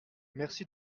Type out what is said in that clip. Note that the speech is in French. merci